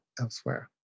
elsewhere